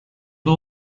law